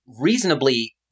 reasonably